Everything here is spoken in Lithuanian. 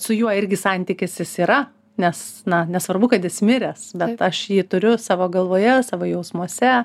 su juo irgi santykis jis yra nes na nesvarbu kad jis miręs bet aš jį turiu savo galvoje savo jausmuose